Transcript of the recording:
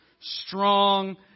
Strong